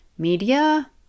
media